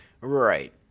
right